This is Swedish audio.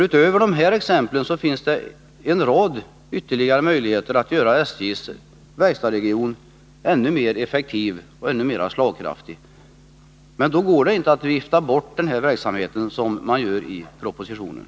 Utöver detta finns ytterligare en rad möjligheter att göra SJ:s verkstadsregion ännu mer effektiv och slagkraftig. Men då går det inte att vifta bort den här verksamheten som man gör i propositionen.